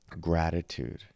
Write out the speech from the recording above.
gratitude